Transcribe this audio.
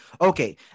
Okay